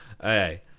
Okay